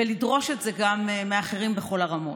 ולדרוש את זה גם מאחרים בכל הרמות.